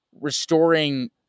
restoring